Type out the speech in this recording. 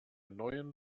neuen